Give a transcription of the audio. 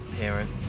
parent